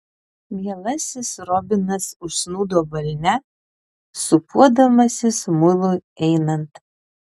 mielasis robinas užsnūdo balne sūpuodamasis mului einant